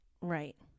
Right